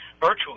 virtually